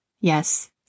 Yes